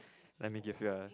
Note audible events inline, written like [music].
[noise] let me give you a